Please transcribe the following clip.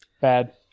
Bad